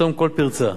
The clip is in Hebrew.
לסתום כל פרצה.